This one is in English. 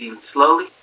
Slowly